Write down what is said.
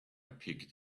picked